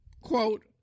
quote